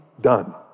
done